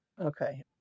Okay